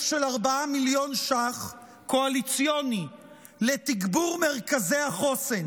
של 4 מיליון ש"ח קואליציוני לתגבור מרכזי החוסן,